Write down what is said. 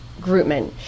Grootman